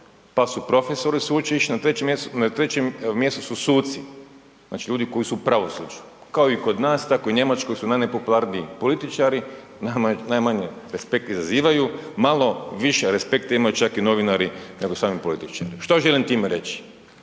pa su profesori sveučilišni, na trećem mjestu su suci“ znači ljudi koji su u pravosuđa. Kao i kod nas i u Njemačkoj su najnepopularniji političari, najmanje respekta izazivaju, malo više respekta imaju čak i novinari nego sami političari. Što želim time reći?